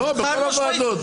לא, בכל הוועדות.